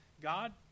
God